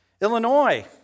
Illinois